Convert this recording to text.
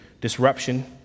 disruption